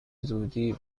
زودی